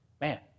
man